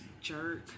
Jerk